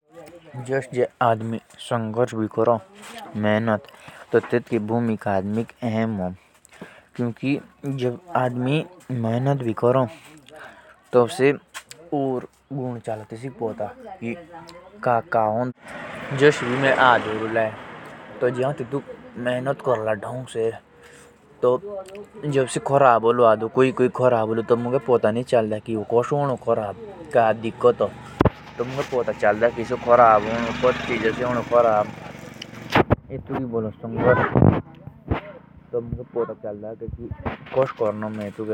कोटुई भी क्षेत्र मुजे विकास कर्नोक के वास्ते आखिर खूब मेहनत पोडने कोर्ने तबेही सको किछ होई। विकास करदु समय जो मुश्किलो भी आयो तेत्तु ही की संघर्ष बोलो।